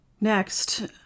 Next